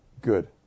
good